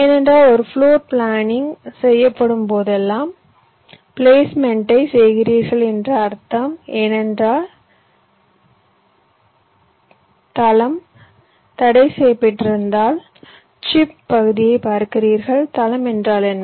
ஏனென்றால் ஒரு floor planning செய்யும் போதெல்லாம் பிளேஸ்மென்ட்டை செய்கிறீர்கள் என்று அர்த்தம் ஏனென்றால் தளம் தடைசெய்யப்பட்டிருப்பதால் சிப் பகுதியைப் பார்க்கிறீர்கள் தளம் என்றால் என்ன